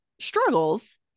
struggles